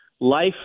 life